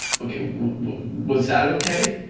okay, was that okay?